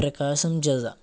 ప్రకాశం జిల్లా